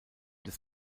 des